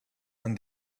and